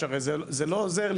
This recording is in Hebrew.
זה לא קיים,